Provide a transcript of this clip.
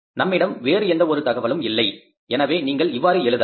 நம்மிடம் வேறு எந்த ஒரு தகவலும் இல்லை எனவே நீங்கள் இவ்வாறு எழுதலாம்